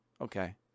Okay